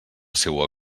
seua